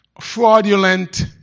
fraudulent